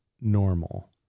normal